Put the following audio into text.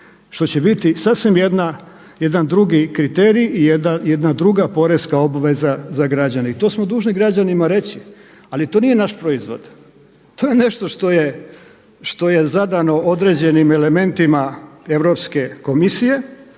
što će biti sasvim jedan drugi kriterij i jedna druga porezna obveza za građane. I to smo dužni građanima reći. Ali to nije naš proizvod, to je nešto što je zadano određenim elementima Europske komisije,